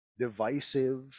divisive